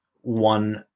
one